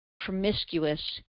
promiscuous